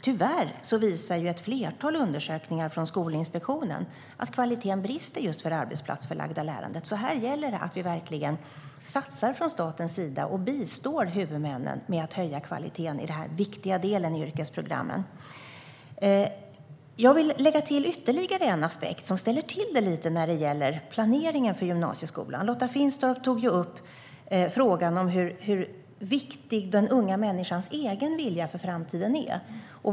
Tyvärr visar ett flertal undersökningar från Skolinspektionen att kvaliteten brister just i det arbetsplatsförlagda lärandet, så här gäller det att vi från statens sida verkligen satsar och bistår huvudmännen i att höja kvaliteten i denna viktiga del av yrkesprogrammen. Jag vill lägga till ytterligare en aspekt som ställer till det lite när det gäller planeringen för gymnasieskolan. Lotta Finstorp tog upp frågan om hur viktig den unga människans egen vilja för framtiden är.